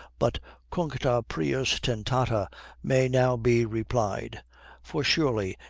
but cuncta prius tentata may now be replied for surely,